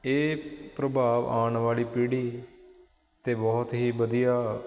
ਇਹ ਪ੍ਰਭਾਵ ਆਉਣ ਵਾਲੀ ਪੀੜ੍ਹੀ 'ਤੇ ਬਹੁਤ ਹੀ ਵਧੀਆ